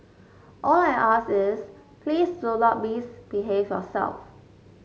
all I ask is please do not misbehave yourself